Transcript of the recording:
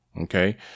okay